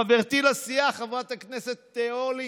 חברתי לסיעה חברת הכנסת אורלי?